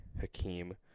Hakeem